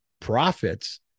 profits